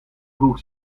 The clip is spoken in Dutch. vroeg